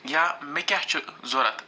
یا مےٚ کیٛاہ چھُ ضروٗرت